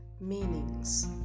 meanings